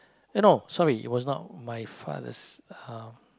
eh no sorry it was not my father's uh